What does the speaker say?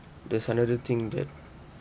there's another thing that